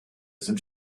sind